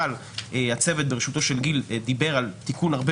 אבל הצוות בראשותו של גיל דיבר על תיקון הרבה